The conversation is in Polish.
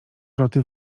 roty